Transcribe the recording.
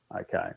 okay